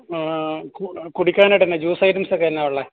കു കുടിക്കാനായിട്ട് എന്നാ ജ്യൂസ് ഐറ്റംസ് ഒക്കെ എന്നാ ഉള്ളത്